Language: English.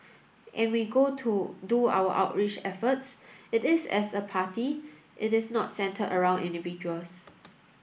and we go to do our outreach efforts it is as a party it is not centred around individuals